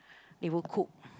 they will cook